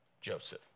Joseph